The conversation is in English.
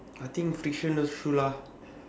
I think frictionless shoes lah